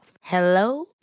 Hello